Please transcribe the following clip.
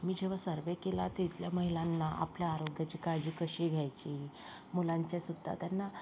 आम्ही जेव्हा सर्वे केला तर इथल्या महिलांना आपल्या आरोग्याची काळजी कशी घ्यायची मुलांच्या सुद्धा त्यांना